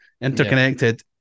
interconnected